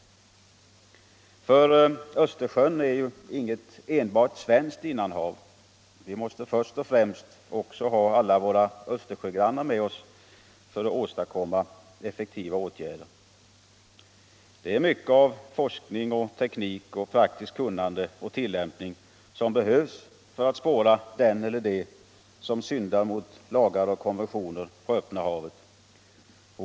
Östersjön är inte enbart svenskt innanhav. Vi måste först och främst också ha alla våra Östersjögrannar med oss för att åstadkomma effektivare åtgärder. Mycket forskning, teknik, praktiskt kunnande och tillämpning behövs för att spåra den eller dem som syndar mot lagar och konventioner på öppna havet.